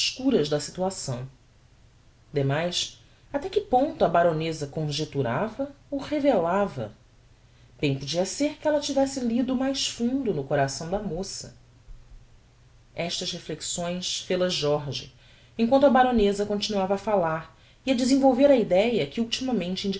obscuras da situação demais até que ponto a baroneza conjecturava ou revelava bem podia ser que ella tivesse lido mais fundo no coração da moça estas reflexões fel as jorge em quanto a baroneza continuava a falar e a desenvolver a ideia que ultimamente